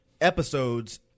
episodes